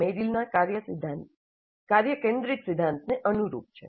આ મેરિલના કાર્ય કેન્દ્રિત સિદ્ધાંતને અનુરૂપ છે